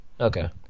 Okay